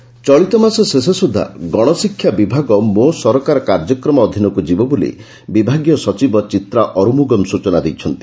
ଗଣଶିକ୍ଷା ବିଭାଗ ଚଳିତ ମାସ ଶେଷ ସୁଦ୍ଧା ଗଣଶିକ୍ଷା ବିଭାଗ ମୋ ସରକାର କାର୍ଯ୍ୟକ୍ରମ ଅଧୀନକୁ ଯିବ ବୋଲି ବିଭାଗୀୟ ସଚିବ ଚିତ୍ରା ଅରୁମୁଗମ୍ ସୂଚନା ଦେଇଛନ୍ତି